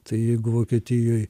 tai jeigu vokietijoj